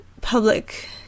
public